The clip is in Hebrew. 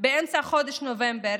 באמצע חודש נובמבר,